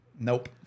Nope